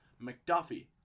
McDuffie